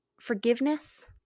forgiveness